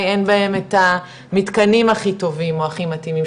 אין בהם את המתקנים הכי טובים או הכי מתאימים,